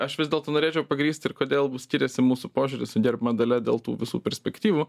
aš vis dėlto norėčiau pagrįst ir kodėl skiriasi mūsų požiūris su gerbiama dalia dėl tų visų perspektyvų